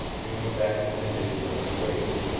he went back to the table and waited,